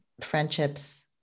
friendships